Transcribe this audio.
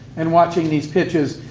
and watching these pitches.